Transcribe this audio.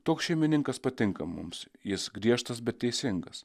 toks šeimininkas patinka mums jis griežtas bet teisingas